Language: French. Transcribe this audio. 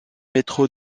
métro